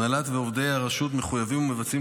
ההנהלה ועובדי הרשות מחויבים ומבצעים